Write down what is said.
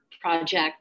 project